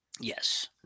Yes